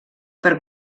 per